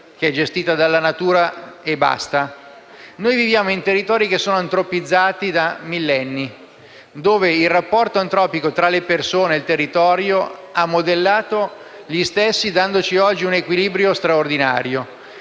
che è gestita solo dalla natura. Noi viviamo in ambienti antropizzati da millenni, dove il rapporto antropico tra le persone e il territorio ha modellato gli stessi dandoci oggi un equilibrio straordinario.